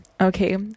okay